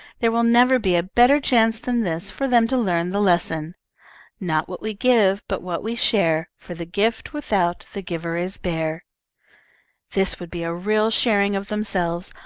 there will never be a better chance than this for them to learn the lesson not what we give, but what we share, for the gift without the giver is bare this would be a real sharing of themselves,